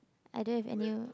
I don't have any